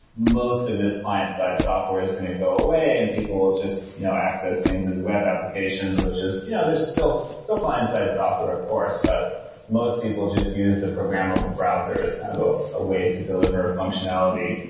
most of these client site software is going to go away and people will just you know access things as web applications, which is you know there's still so client site software of course, but most people just use the programmable browsers kind of ah a way to deliver functionality.